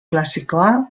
klasikoa